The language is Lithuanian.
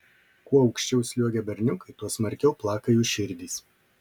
kuo aukščiau sliuogia berniukai tuo smarkiau plaka jų širdys